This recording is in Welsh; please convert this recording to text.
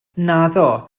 naddo